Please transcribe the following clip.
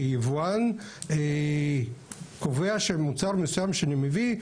כיבואן קובע שמוצר מסוים שאני מביא,